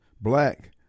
black